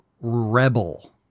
rebel